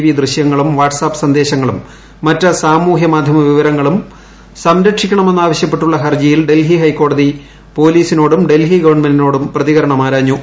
V ദൃശ്യങ്ങളും WhatsApp സന്ദേശങ്ങളും മറ്റ് സാമൂഹ്യ മാധ്യമ വിവരങ്ങളും സ്ക്കർക്ഷിക്കണമെന്നാവശ്യപ്പെട്ടുള്ള ഹർജിയിൽ ഡൽഹി ഹൈക്കോടതി പ്രോലിസിനോടും ഡൽഹി ഗവൺമെന്റിനോടും പ്രതികരണം ആരാഞ്ഞു